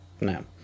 no